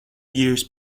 years